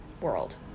world